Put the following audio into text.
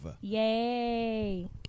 Yay